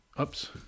Oops